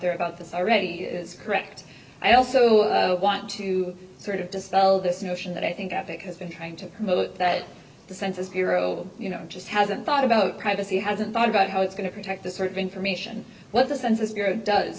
there about this already is correct i also want to sort of dispel this notion that i think that it has been trying to promote that the census bureau you know just hasn't thought about privacy hasn't thought about how it's going to protect this sort of information what the census bureau does